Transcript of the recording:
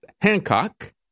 Hancock